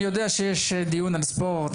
אני יודע שיש דיון על ספורט,